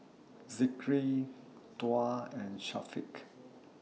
Zikri Tuah and Syafiq